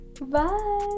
Bye